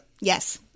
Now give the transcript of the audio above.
Yes